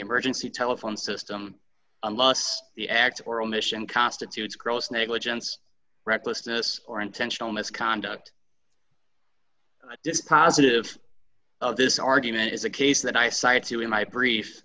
emergency telephone system unless the act or omission constitutes gross negligence recklessness or intentional misconduct dispositive this argument is a case that i